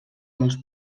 meus